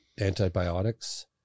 antibiotics